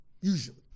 Usually